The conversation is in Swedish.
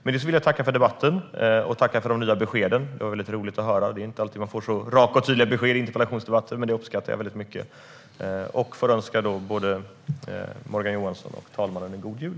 Med detta vill jag tacka för debatten och för de nya beskeden. Det var roligt att höra detta. Det är inte alltid man får så raka och tydliga besked i interpellationsdebatter, men det uppskattar jag mycket. Jag önskar både Morgan Johansson och talmannen en god jul.